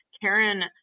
Karen